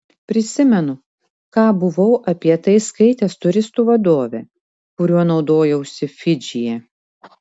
prisimenu ką buvau apie tai skaitęs turistų vadove kuriuo naudojausi fidžyje